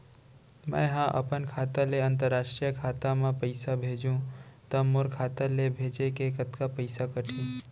मै ह अपन खाता ले, अंतरराष्ट्रीय खाता मा पइसा भेजहु त मोर खाता ले, भेजे के कतका पइसा कटही?